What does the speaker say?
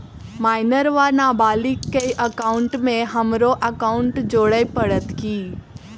Minor वा नबालिग केँ एकाउंटमे हमरो एकाउन्ट जोड़य पड़त की?